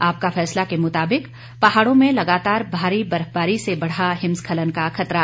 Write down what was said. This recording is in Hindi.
आपका फैसला के मुताबिक पहाड़ों में लगातार भारी बर्फबारी से बढ़ा हिमस्खलन का खतरा